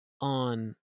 on